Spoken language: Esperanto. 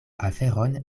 aferon